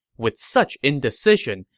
with such indecision,